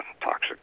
toxic